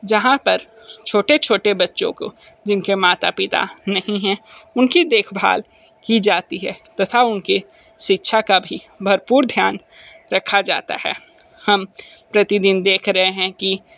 जहाँ पर छोटे छोटे बच्चों को जिनके माता पिता नहीं है उनकी देख भाल की जाती है तथा उनके शिक्षा का भी भरपूर ध्यान रखा जाता है हम प्रतिदिन देख रहे हैं कि